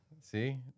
See